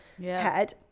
head